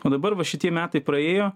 o dabar va šitie metai praėjo